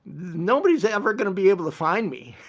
nobody is ever going to be able to find me.